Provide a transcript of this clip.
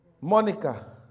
Monica